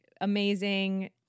amazing